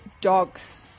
dogs